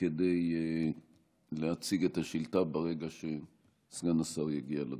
כדי להציג את השאילתה, ברגע שסגן השר יגיע לדוכן.